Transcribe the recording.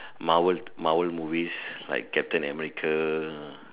Marvel Marvel movies like captain-America